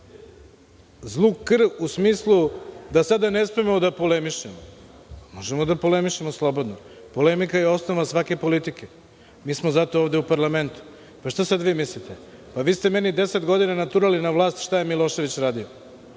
zlu krv u smislu da sada ne smemo da polemišemo. Možemo da polemišemo slobodno. Polemika je osnova svake politike. Mi smo zato ovde u parlamentu. Šta sada vi mislite? Vi ste meni deset godina naturali na vlast, šta je Milošević radio,